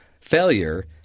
failure